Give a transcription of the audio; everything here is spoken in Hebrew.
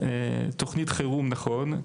תוכנית חירום, נכון,